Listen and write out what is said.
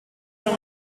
wenn